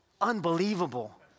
unbelievable